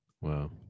Wow